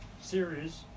series